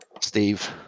Steve